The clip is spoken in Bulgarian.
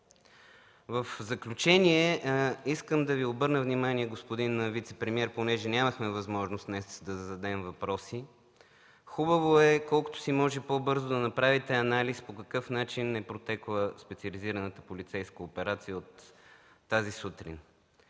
В заключение искам да Ви обърна внимание, господин вицепремиер, понеже нямахме възможност днес да зададем въпроси, хубаво е колкото се може по-бързо да направите анализ по какъв начин е протекла специализираната полицейска операция тази сутрин.